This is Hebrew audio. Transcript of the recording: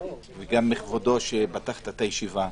וגם מכבודו, כשפתחת את הישיבה,